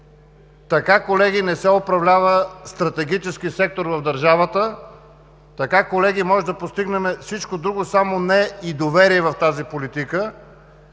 Така, колеги, не се управлява стратегически сектор в държавата. Така, колеги, може да постигнем всичко друго, само не и доверие в тази политика.